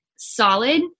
solid